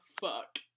fuck